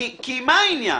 מה העניין?